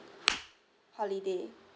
holiday